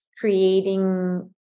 creating